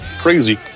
crazy